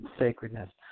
sacredness